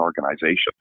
organization